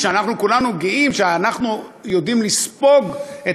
ואנחנו כולנו גאים שאנחנו יודעים לספוג את